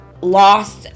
lost